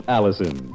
Allison